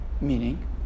Meaning